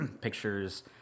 pictures